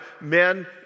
men